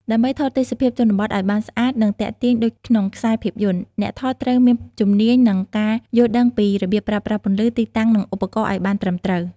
ដើម្បីថតទេសភាពជនបទឲ្យបានស្អាត និងទាក់ទាញដូចក្នុងខ្សែភាពយន្ត អ្នកថតត្រូវមានជំនាញ និងការយល់ដឹងពីរបៀបប្រើប្រាស់ពន្លឺ ទីតាំង និងឧបករណ៍ឲ្យបានត្រឹមត្រូវ។